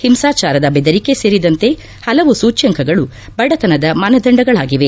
ಹಿಂಸಾಚಾರದ ಬೆದರಿಕೆ ಸೇರಿದಂತೆ ಹಲವು ಸೂಚ್ನಂಕಗಳು ಬಡತನದ ಮಾನದಂಡಗಳಾಗಿವೆ